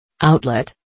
Outlet